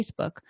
Facebook